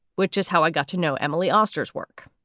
which is how i got to know emily austen's work.